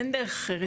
אין דרך אחרת,